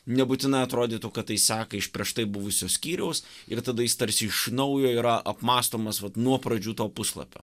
nebūtinai atrodytų kad tai seka iš prieš tai buvusio skyriaus ir tada jis tarsi iš naujo yra apmąstomas vat nuo pradžių to puslapio